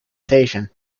station